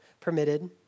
permitted